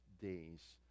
days